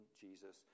Jesus